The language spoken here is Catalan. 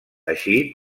així